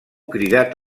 cridat